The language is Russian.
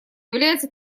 является